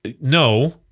no